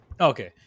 Okay